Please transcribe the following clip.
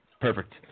Perfect